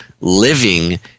living